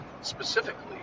specifically